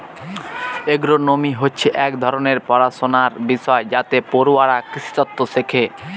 agronomy হচ্ছে এক ধরনের পড়াশনার বিষয় যাতে পড়ুয়ারা কৃষিতত্ত্ব শেখে